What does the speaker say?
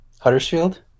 Huddersfield